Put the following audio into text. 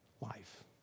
life